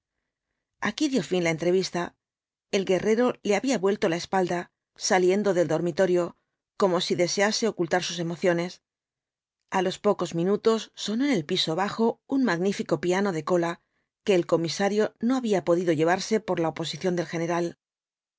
aquí dio fin la entrevista el guerrero le había vuelto la espalda saliendo del dormitorio como si desease ocultar sus emociones a los pocos minutos sonó en el piso bajo un magnífico piano de cola que el comisario no había podido llevarse por la oposición del general